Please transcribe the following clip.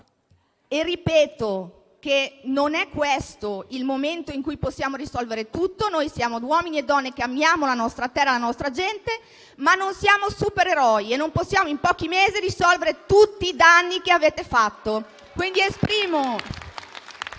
e, ripeto, che non è questo il momento in cui possiamo risolvere tutto. Noi siamo uomini e donne che, amiamo la nostra terra e la nostra gente, ma non siamo supereroi e non possiamo risolvere in pochi mesi tutti i danni che avete fatto. *(Applausi